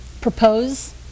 propose